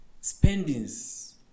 spendings